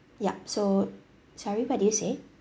ya so sorry what do you say